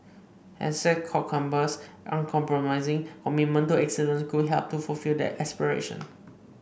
Essex Court Chambers uncompromising commitment to excellence could help to fulfil that aspiration